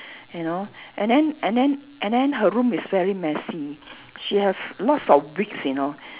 you know and then and then and then her room is very messy she have lots of wigs you know